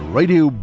Radio